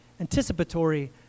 Anticipatory